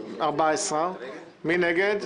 מי נגד?